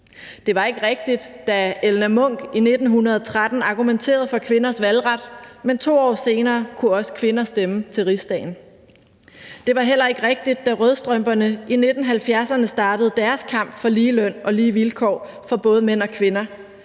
Det var ikke rigtigt, da Elna Munch i 1913 argumenterede for kvinders valgret, men 2 år senere kunne også kvinder stemme til Rigsdagen. Det var heller ikke rigtigt, da rødstrømperne i 1970'erne startede deres kamp for lige løn og lige vilkår for mænd og kvinder,